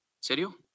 serio